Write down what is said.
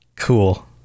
cool